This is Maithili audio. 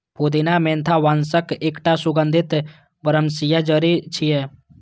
पुदीना मेंथा वंशक एकटा सुगंधित बरमसिया जड़ी छियै